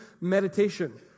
meditation